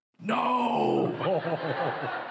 No